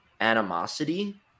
animosity